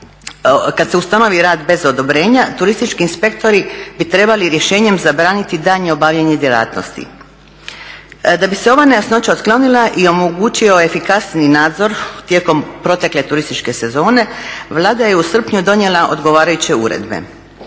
kada se ustanovi rad bez odobrenja turistički inspektori bi trebali rješenjem zabraniti daljnje obavljanje djelatnosti. Da bi se ova nejasnoća otklonila i omogućio efikasniji nadzor tijekom protekle turističke sezone, Vlada je u srpnju donijela odgovarajuće uredbe.